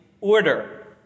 order